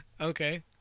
Okay